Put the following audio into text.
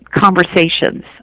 conversations